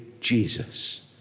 Jesus